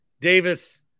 Davis